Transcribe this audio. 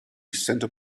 center